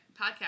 podcast